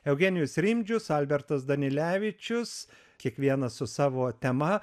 eugenijus rimdžius albertas danilevičius kiekvienas su savo tema